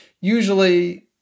usually